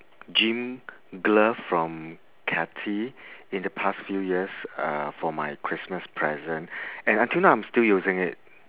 gym glove from katie in the past few years uh for my christmas present and until now I'm still using it